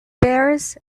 bears